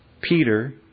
Peter